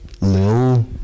Lil